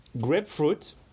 grapefruit